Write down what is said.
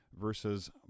versus